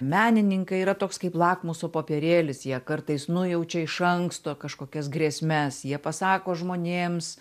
menininkai yra toks kaip lakmuso popierėlis jie kartais nujaučia iš anksto kažkokias grėsmes jie pasako žmonėms